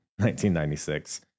1996